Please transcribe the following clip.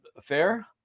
fair